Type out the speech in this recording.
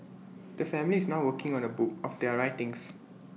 the family is now working on A book of their writings